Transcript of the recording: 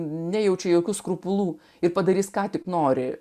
nejaučiu jokių skrupulų ir padarys ką tik nori